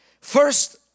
first